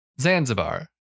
Zanzibar